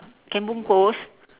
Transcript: can bungkus